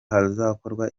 hazakorwa